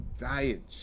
diet